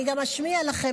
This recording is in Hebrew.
אני גם אשמיע לכם,